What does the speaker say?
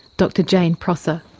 dr jane prosser.